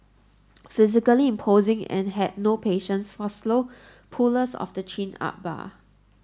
physically imposing and had no patience for slow pullers of the chin up bar